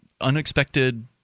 unexpected